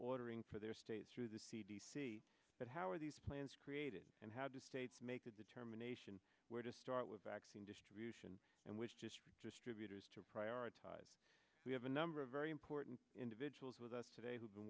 ordering for their states through the c d c but how are these plans created and how does states make a determination where to start with vaccine distribution and which just just tribute to prioritise we have a number of very important individuals with us today who've been